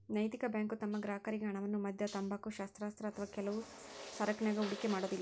ನೈತಿಕ ಬ್ಯಾಂಕು ತಮ್ಮ ಗ್ರಾಹಕರ್ರಿಗೆ ಹಣವನ್ನ ಮದ್ಯ, ತಂಬಾಕು, ಶಸ್ತ್ರಾಸ್ತ್ರ ಅಥವಾ ಕೆಲವು ಸರಕನ್ಯಾಗ ಹೂಡಿಕೆ ಮಾಡೊದಿಲ್ಲಾ